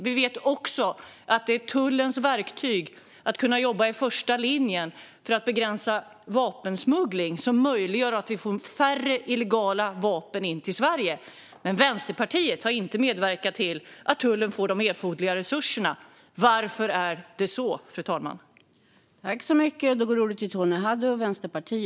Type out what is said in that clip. Vi vet också att tullens verktyg att jobba i första linjen för att begränsa vapensmuggling möjliggör att vi får in färre illegala vapen till Sverige. Vänsterpartiet har dock inte medverkat till att Tullverket fått de erforderliga resurserna till detta. Varför har ni inte det?